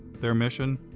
their mission?